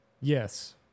Yes